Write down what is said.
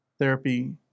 therapy